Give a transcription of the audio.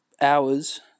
hours